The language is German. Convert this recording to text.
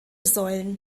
säulen